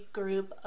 group